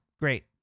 Great